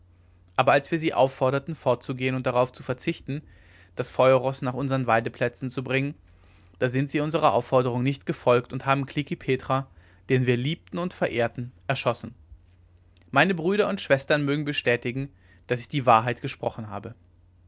aber als wir sie aufforderten fortzugehen und darauf zu verzichten das feuerroß nach unsern weideplätzen zu bringen da sind sie unserer aufforderung nicht gefolgt und haben klekih petra den wir liebten und verehrten erschossen meine brüder und schwestern mögen bestätigen daß ich die wahrheit gesprochen habe